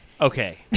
Okay